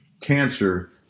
Cancer